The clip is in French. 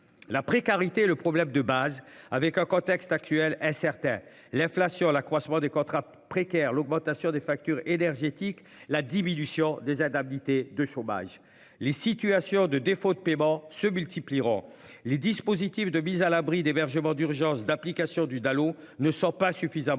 la précarité et le problème de base, avec un contexte actuel incertain. L'inflation, l'accroissement des contrats précaires. L'augmentation des factures énergétiques, la diminution des ah d'habiter de chômage. Les situations de défaut de paiement se multiplieront les dispositifs de mise à l'abri d'hébergement d'urgence d'application du Dalo ne sort pas suffisamment mis